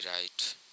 right